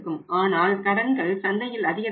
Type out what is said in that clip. ஆனால் கடன்கள் சந்தையில் அதிகரித்திருக்கும்